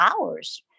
hours